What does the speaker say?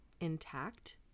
intact